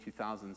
2000s